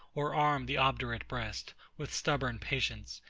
or arm the obdurate breast with stubborn patience,